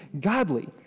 godly